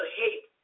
hate